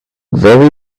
very